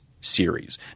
series